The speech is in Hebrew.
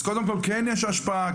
אז קודם כל כן יש השפעה,